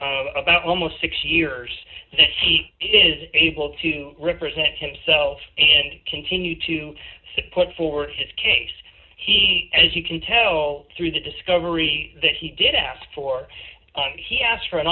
over about almost six years and he is able to represent himself and continue to support for his case he as you can tell through the discovery that he did ask for and he asked for an